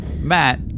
Matt